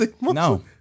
No